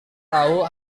tahu